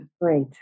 Great